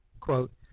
quote